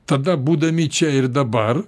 tada būdami čia ir dabar